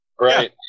Right